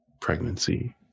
pregnancy